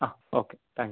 ആ okay thanks